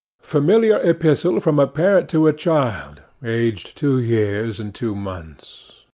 familiar epistle from a parent to a child aged two years and two months